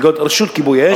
רשות כיבוי אש,